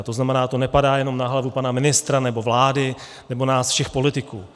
To znamená, to nepadá jenom na hlavu pana ministra nebo vlády nebo nás všech politiků.